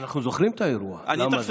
אנחנו זוכרים את האירוע, למה זה.